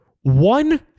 one